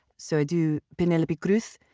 so i do penelope cruz.